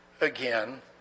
again